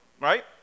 right